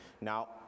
Now